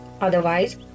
Otherwise